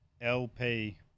LP